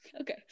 Okay